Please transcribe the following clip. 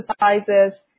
exercises